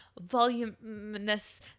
voluminous